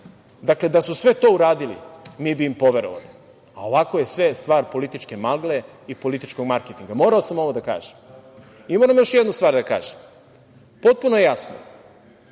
da su sve to uradili mi bi im poverovali, a ovako je sve stvar političke magle i političkog marketinga. Morao sam ovo da kažem. Moram još jednu stvar da kažem. Potpuno je jasno,